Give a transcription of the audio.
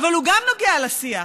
אבל גם הוא נוגע לשיח,